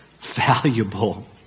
valuable